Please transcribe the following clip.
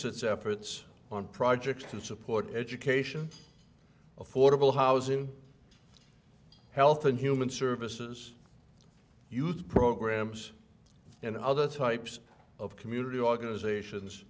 its efforts on projects to support education affordable housing health and human services youth programs and other types of community organizations